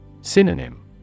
Synonym